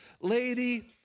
lady